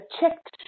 checked